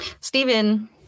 Stephen